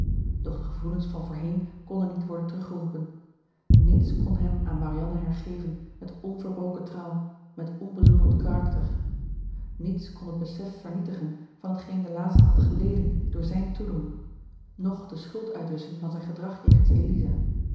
de gevoelens van voorheen konden niet worden teruggeroepen niets kon hem aan marianne hergeven met onverbroken trouw met onbezoedeld karakter niets kon het besef vernietigen van t geen de laatste had geleden door zijn toedoen noch de schuld uitwisschen van zijn gedrag jegens